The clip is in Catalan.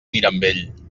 mirambell